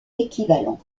équivalents